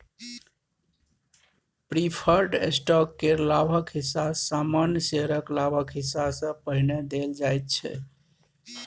preferred stock केर लाभक हिस्सा सामान्य शेयरक लाभक हिस्सा सँ पहिने देल जाइ छै